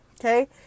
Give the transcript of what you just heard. Okay